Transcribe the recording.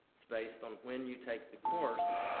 it's based on when you take the course,